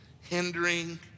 hindering